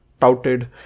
touted